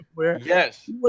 yes